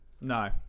No